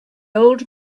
old